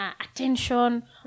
attention